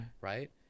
right